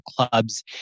clubs